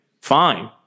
fine